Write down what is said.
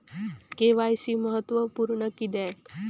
KYC महत्त्वपुर्ण किद्याक?